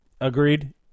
agreed